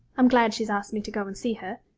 i'm glad she asked me to go and see her.